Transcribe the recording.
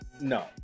no